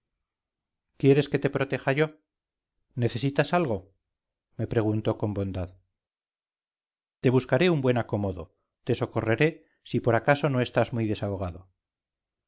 quieres que te proteja yo necesitas algo me preguntó con bondad te buscaré un buen acomodo te socorreré si por acaso no estás muy desahogado